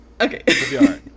Okay